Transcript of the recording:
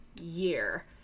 year